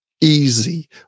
easy